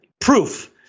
proof